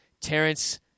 Terrence